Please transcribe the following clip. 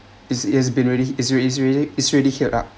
it is been already is is already is already healed up